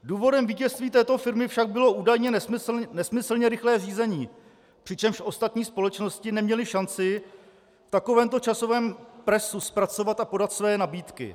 Důvodem vítězství této firmy však bylo údajně nesmyslně rychlé řízení, přičemž ostatní společnosti neměly šanci v takovémto časovém presu zpracovat a podat své nabídky.